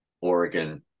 Oregon